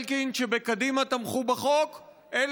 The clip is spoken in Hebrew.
אמרו: אנחנו לא ניתן לראש הממשלה את התענוג הזה לצאת לבחירות בשום פנים